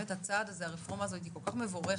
הצעד הזה, הרפורמה הזאת היא כל כך מבורכת.